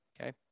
Okay